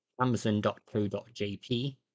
amazon.co.jp